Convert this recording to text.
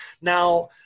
Now